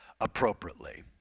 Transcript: appropriately